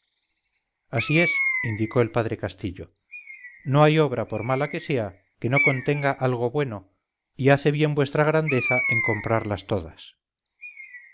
así es indicó el padre castillo no hay obra por mala que sea que no contenga algo bueno y hace bien vuestra grandeza en comprarlas todas